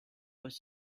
was